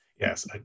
yes